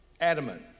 adamant